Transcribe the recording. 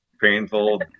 painful